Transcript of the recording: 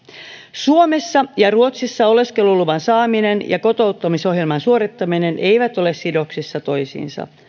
suomessa ja ruotsissa oleskeluluvan saaminen ja kotouttamisohjelman suorittaminen eivät ole sidoksissa toisiinsa